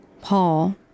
Paul